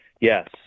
Yes